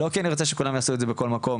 לא כי אני רוצה שכולם יעשו את זה בכל מקום,